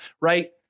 Right